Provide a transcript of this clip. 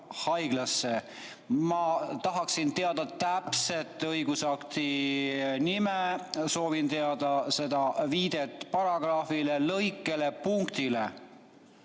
Ma tahan teada täpset õigusakti nime, soovin teada viidet paragrahvile, lõikele ja punktile.